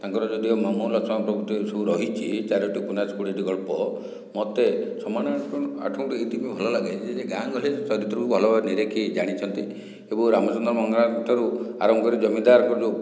ତାଙ୍କର ଯଦିଓ ମମଲୋଚନା ପ୍ରକୃତି ଏସବୁ ରହିଛି ଚାରୋଟି ଉପନ୍ୟାସ କୋଡ଼ିଏଟି ଗଳ୍ପ ମୋତେ ଛଅ ମାଣ ଆଠ ଗୁଣ୍ଠ ଏଥିପାଇଁ ଭଲ ଲାଗେ ଯେ ଯେ ଗାଁ ଗହଳିରେ ଚରିତ୍ରକୁ ଭଲ ଭାବେ ନିରେଖି ଜାଣିଛନ୍ତି ଏବଂ ରାମଚନ୍ଦ୍ର ମଙ୍ଗରାଜଙ୍କ ଠାରୁ ଆରମ୍ଭ କରି ଜମିଦାରଙ୍କ ଯେଉଁ